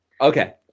okay